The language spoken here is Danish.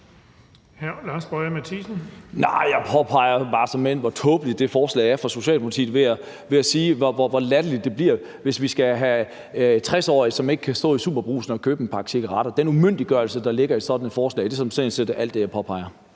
jeg påpeger såmænd bare, hvor tåbeligt det forslag fra Socialdemokratiet er, ved at sige, hvor latterligt det bliver, hvis vi skal have 60-årige, som ikke kan stå i SuperBrugsen og købe en pakke cigaretter. Den umyndiggørelse, der ligger i sådan et forslag, er sådan set alt det, jeg påpeger.